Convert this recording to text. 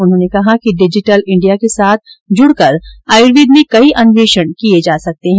उन्होंने कहा कि डिजिटल इंडिया के साथ जुड़ के आर्यवेद में कई अन्वेषण किए जा सकते हैं